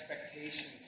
expectations